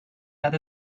that